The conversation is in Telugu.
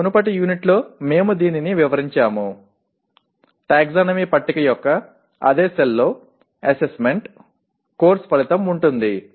ఇది మునుపటి యూనిట్లో మేము దీనిని వివరించాము టాక్సానమీ పట్టిక యొక్క అదే సెల్లో అసెస్మెంట్ కోర్సు ఫలితం ఉంటుంది